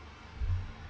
so